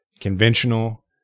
conventional